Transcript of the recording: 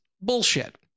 bullshit